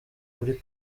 kuri